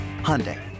Hyundai